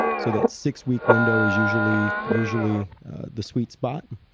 so that's six week window is usually usually the sweet spot.